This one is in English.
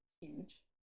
huge